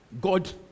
God